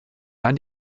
dann